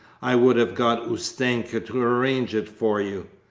i would have got ustenka to arrange it for you.